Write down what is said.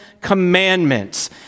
commandments